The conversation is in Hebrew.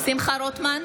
שמחה רוטמן,